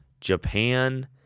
Japan